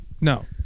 No